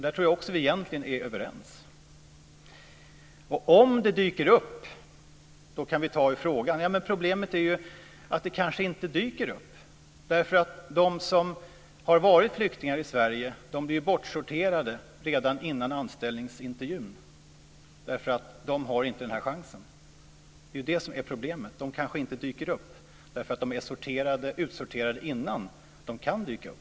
Där tror jag att vi egentligen är överens. Om det dyker upp kan vi hantera frågan, säger Pehrson. Men problemet är att det kanske inte dyker upp därför att de som har varit flyktingar i Sverige blir utsorterade redan innan anställningsintervjun därför att de inte har den här chansen. Det är det som är problemet. De kanske inte dyker upp därför att de blivit utsorterade innan de kan dyka upp.